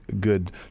good